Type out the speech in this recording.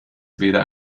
weder